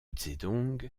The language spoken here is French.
zedong